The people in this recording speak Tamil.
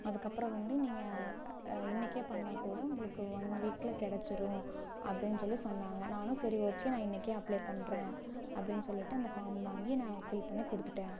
அதுக்கப்புறம் வந்து நீங்கள் இன்றைக்கே பண்ணாக்ககூட உங்களுக்கு ஒன்வீக்ல கிடச்சிரும் அப்படினு சொல்லிச் சொன்னாங்கள் நானும் சரி ஓகே நான் இன்றைக்கே அப்ளேப் பண்ணுறேன் அப்படினு சொல்லிட்டு அந்த ஃபாம் வாங்கி நான் ஃபில் பண்ணிக் கொடுத்துட்டேன்